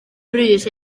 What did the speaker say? brys